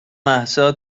مهسا